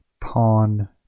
pawn